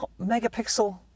megapixel